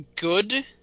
good